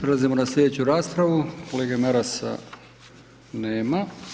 Prelazimo na slijedeću raspravu, kolege Marasa nema.